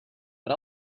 but